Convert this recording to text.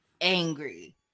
angry